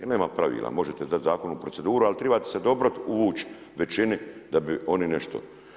I nema pravila, možete dat zakon u proceduru ali tribate se dobro uvući većini da bi oni nešto.